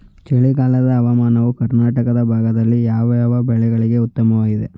ಚಳಿಗಾಲದ ಹವಾಮಾನವು ಕರ್ನಾಟಕದ ಭಾಗದಲ್ಲಿ ಯಾವ್ಯಾವ ಬೆಳೆಗಳಿಗೆ ಉತ್ತಮವಾಗಿದೆ?